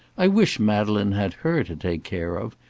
i wish madeleine had her to take care of.